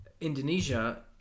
Indonesia